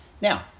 Now